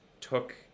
took